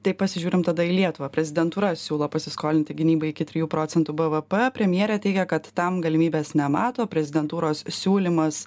tai pasižiūrim tada į lietuvą prezidentūra siūlo pasiskolinti gynybai iki trijų procentų bvp premjerė teigia kad tam galimybės nemato prezidentūros siūlymas